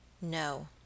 No